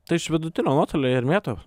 tai iš vidutinio nuotolio jie ir mėto